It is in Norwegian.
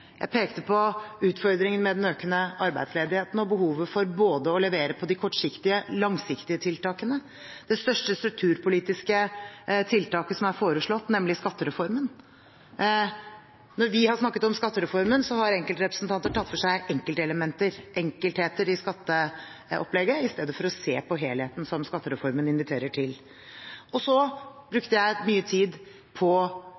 Jeg pekte på utfordringene med den økende arbeidsledigheten og behovet for både å levere på de kortsiktige og de langsiktige tiltakene – det største strukturpolitiske tiltaket som er foreslått, nemlig skattereformen. Når vi har snakket om skattereformen, har enkelte representanter tatt for seg enkeltheter i skatteopplegget i stedet for å se på helheten, som skattereformen inviterer til. Så brukte jeg mye tid på